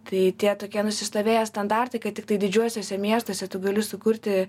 tai tie tokie nusistovėję standartai kad tiktai didžiuosiuose miestuose tu gali sukurti